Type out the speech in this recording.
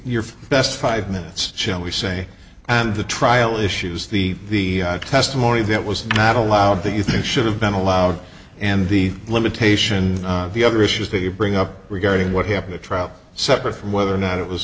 your best five minutes shall we say and the trial issues the testimony that was not allowed that you think should have been allowed and the limitation the other issues that you bring up regarding what happened a trap separate from whether or not it was